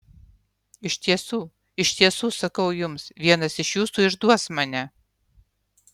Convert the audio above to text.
iš tiesų iš tiesų sakau jums vienas iš jūsų išduos mane